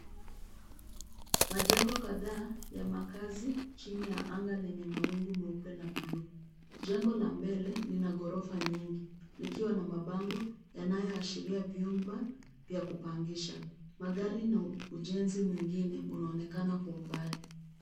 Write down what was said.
Majengo kadhaa ya makazi chini ya anga lenye mawingu meupe na bluu. Jengo la mbele lina gorofa nyingi likiwa na mabango yanayoashiria vyumba vya kupangisha. Magari na ujenzi mwingine unaonekana kwa umbali.